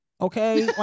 okay